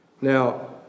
Now